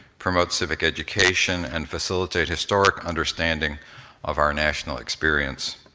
promote civic education and facilitate historic understanding of our national experience.